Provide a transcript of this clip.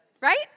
Right